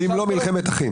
ואם לא, מלחמת אחים.